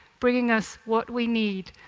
bringing us what we need.